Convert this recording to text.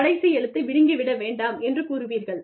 கடைசி எழுத்தை விழுங்கி விட வேண்டாம் என்று கூறுவீர்கள்